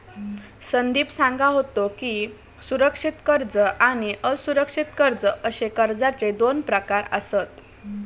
संदीप सांगा होतो की, सुरक्षित कर्ज आणि असुरक्षित कर्ज अशे कर्जाचे दोन प्रकार आसत